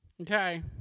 Okay